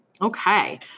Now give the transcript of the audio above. Okay